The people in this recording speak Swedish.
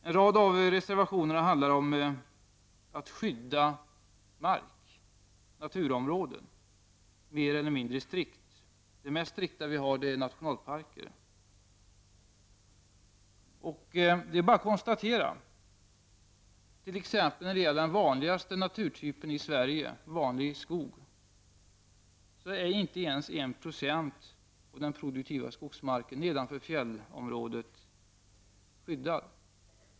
En rad av reservationerna handlar om att skydda mark och naturområden, mer eller mindre strikt. Det mest strikta som finns är nationalparker. Det är bara att konstatera, t.ex. när det gäller den vanligaste naturtypen i Sverige, dvs. vanlig skog, att inte ens 196 av den produktiva skogsmarken nedanför fjällområdet är skyddad.